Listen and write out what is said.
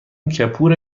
کپور